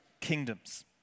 kingdoms